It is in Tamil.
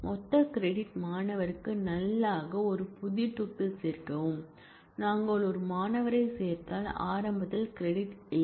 மொத்த கிரெடிட் மாணவருக்கு நல் ஆக ஒரு புதிய டூப்பிள் சேர்க்கவும் நாங்கள் ஒரு மாணவரைச் சேர்த்தால் ஆரம்பத்தில் கிரெடிட் இல்லை